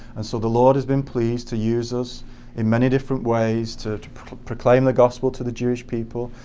and so the lord has been pleased to use us in many different ways to to proclaim the gospel to the jewish people,